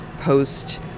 post